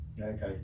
okay